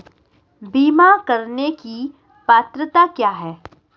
बीमा करने की पात्रता क्या है?